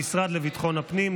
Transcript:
המשרד לביטחון הפנים,